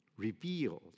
revealed